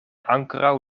ankoraŭ